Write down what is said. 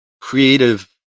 creative